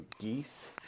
geese